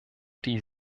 die